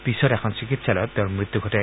পিছত এখন চিকিৎসালয়ত তেওৰ মৃত্যু ঘটে